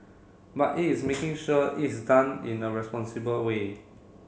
but it's making sure it's done in a responsible way